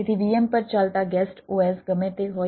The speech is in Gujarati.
તેથી VM પર ચાલતા ગેસ્ટ OS ગમે તે હોય